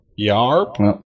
Yarp